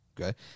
Okay